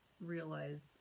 realize